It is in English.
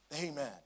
Amen